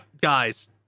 Guys